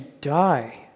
die